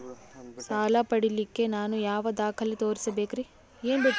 ಸಾಲ ಪಡಿಲಿಕ್ಕ ನಾನು ಯಾವ ದಾಖಲೆ ತೋರಿಸಬೇಕರಿ?